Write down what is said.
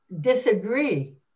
disagree